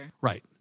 Right